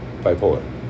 bipolar